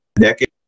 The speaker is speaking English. decade